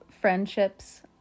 friendships